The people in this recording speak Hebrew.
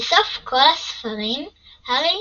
בסוף כל הספרים הארי